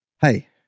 Hey